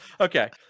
Okay